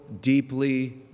deeply